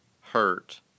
hurt